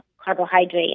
carbohydrate